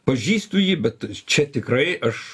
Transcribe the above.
pažįstu jį bet čia tikrai aš